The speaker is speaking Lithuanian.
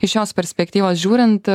iš jos perspektyvos žiūrint